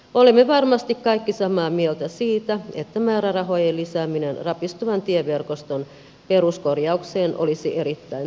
olemme varmasti kaikki samaa mieltä siitä että määrärahojen lisääminen rapistuvan tieverkoston peruskorjaukseen olisi erittäin tärkeää